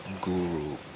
guru